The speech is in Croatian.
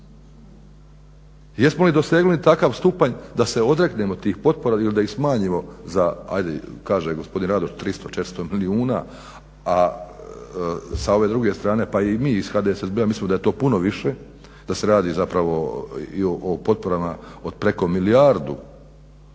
Jesmo li dosegnuli takav stupanj da se odreknemo tih potpora ili da ih smanjimo za ajde kaže gospodin Radoš 300, 400 milijuna, a s ove druge strane pa mi iz HDSSB-a mislimo da je to puno više, da se radi zapravo o potporama od preko milijardu